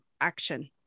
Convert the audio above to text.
action